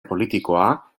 politikoa